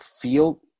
feel